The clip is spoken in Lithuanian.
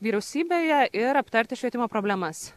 vyriausybėje ir aptarti švietimo problemas